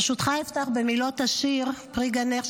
ברשותך אפתח במילות השיר "פרי גנך",